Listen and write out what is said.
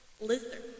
Lizard